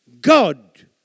God